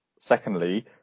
secondly